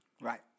Right